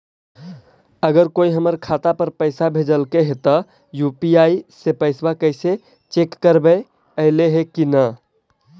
अगर कोइ हमर खाता पर पैसा भेजलके हे त यु.पी.आई से पैसबा कैसे चेक करबइ ऐले हे कि न?